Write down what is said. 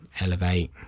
elevate